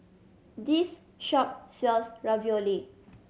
this shop sells Ravioli